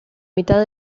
mitad